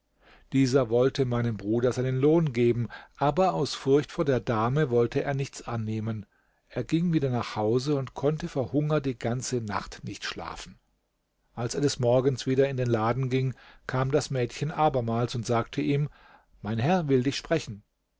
dieser wollte meinem bruder seinen lohn geben aber aus furcht vor der dame wollte er nichts annehmen er ging wieder nach hause und konnte vor hunger die ganze nacht nicht schlafen als er des morgens wieder in den laden ging kam das mädchen abermals und sagte ihm mein herr will dich sprechen